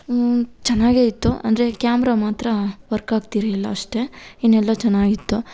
ಚೆನ್ನಾಗೆ ಇತ್ತು ಅಂದರೆ ಕ್ಯಾಮ್ರ ಮಾತ್ರ ವರ್ಕ್ ಆಗ್ತಿರ್ಲಿಲ್ಲ ಅಷ್ಟೇ ಇನ್ನೆಲ್ಲ ಚೆನ್ನಾಗಿತ್ತು